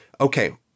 okay